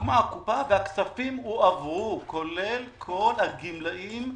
הוקמה הקופה, והכספים הועברו, כולל כל הגמלאים,